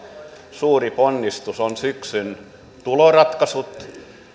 suuri ponnistus on syksyn tuloratkaisut